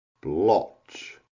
blotch